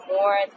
more